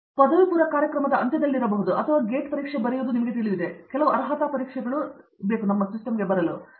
ಅವರ ಪದವಿಪೂರ್ವ ಕಾರ್ಯಕ್ರಮದ ಅಂತ್ಯದಲ್ಲಿರಬಹುದು ಅಥವಾ ಒಂದು ಗೇಟ್ ಪರೀಕ್ಷೆಯನ್ನು ಬರೆಯುವುದು ನಿಮಗೆ ತಿಳಿದಿದೆ ಕೆಲವು ಅರ್ಹತಾ ಪರೀಕ್ಷೆಗಳು ನಮ್ಮ ಸಿಸ್ಟಮ್ಗೆ ಬರಲು ಬೇಕು